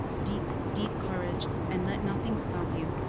deep, deep, courage, and let nothing stop you.